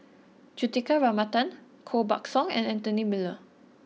Juthika Ramanathan Koh Buck Song and Anthony Miller